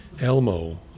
Elmo